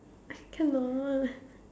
I cannot